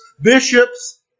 bishops